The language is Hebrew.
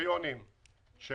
בקריטריונים של